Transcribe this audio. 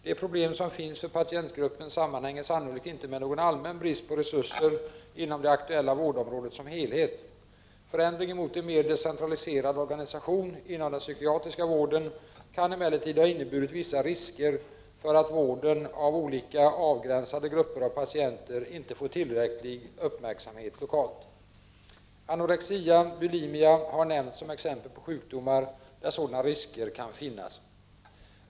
De problem som finns för patientgruppen sammanhänger sannolikt inte med någon allmän brist på resurser inom det aktuella vårdområdet som helhet. Förändringen mot en mer decentraliserad organisation inom den psykiatriska vården kan emellertid ha inneburit vissa risker för att vården av olika avgränsade grupper av patienter inte får tillräcklig uppmärksamhet lokalt. Anorexia och bulimia har nämnts som exempel på sjukdomar där sådana risker kan finnas.